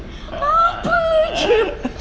apa jer